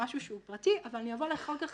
משהו שהוא פרטי אבל אני אבוא אליך אחר כך